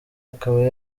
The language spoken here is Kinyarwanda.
akaba